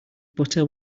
butter